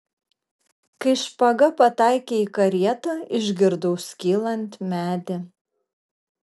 kai špaga pataikė į karietą išgirdau skylant medį